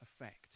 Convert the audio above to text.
effect